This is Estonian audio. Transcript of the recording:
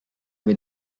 või